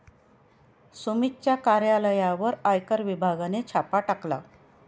सुमितच्या कार्यालयावर आयकर विभागाने छापा टाकला